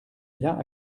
bien